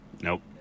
nope